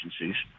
agencies